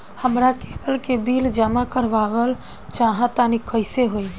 हमरा केबल के बिल जमा करावल चहा तनि कइसे होई?